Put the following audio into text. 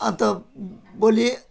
अन्त बोलि